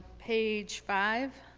page five,